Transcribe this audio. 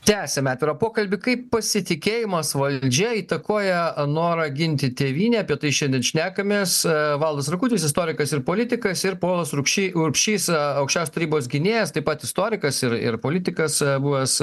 tęsiam atvirą pokalbį kaip pasitikėjimas valdžia įtakoja a norą ginti tėvynę apie tai šiandien šnekamės e valdas rakutis istorikas ir politikas ir ponas rukšy rukšys aukščiausios tarybos gynėjas taip pat istorikas ir ir politikas buvęs